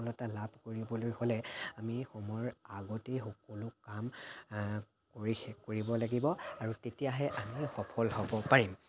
সফলতা লাভ কৰিবলৈ হ'লে আমি সময়ৰ আগতেই সকলো কাম কৰি শেষ কৰিব লাগিব আৰু তেতিয়াহে আমি সফল হ'ব পাৰিম